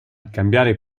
cambiare